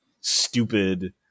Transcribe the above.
stupid